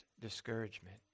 discouragement